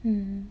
mm